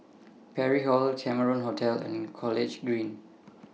Parry Hall Cameron Hotel and College Green